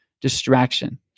distraction